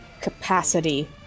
capacity